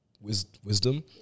wisdom